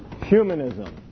humanism